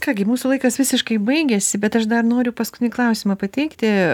ką gi mūsų laikas visiškai baigėsi bet aš dar noriu paskutinį klausimą pateikti